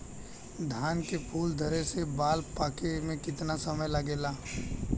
धान के फूल धरे से बाल पाके में कितना समय लागेला?